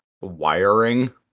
wiring